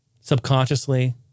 Subconsciously